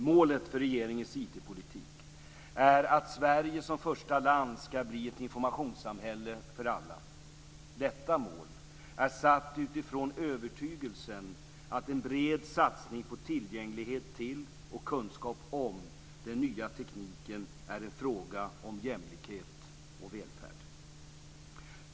Målet för regeringens IT-politik är att Sverige som första land ska bli ett informationssamhälle för alla. Detta mål är satt utifrån övertygelsen att en bred satsning på tillgänglighet till och kunskap om den nya tekniken är en fråga om jämlikhet och välfärd.